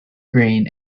green